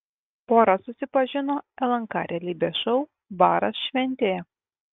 pora susipažino lnk realybės šou baras šventėje